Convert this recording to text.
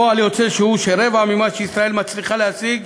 פועל יוצא הוא שרבע ממה שישראל מצליחה להשיג